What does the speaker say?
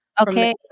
Okay